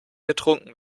getrunken